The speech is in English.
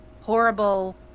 horrible